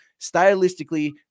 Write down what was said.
stylistically